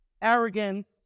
Arrogance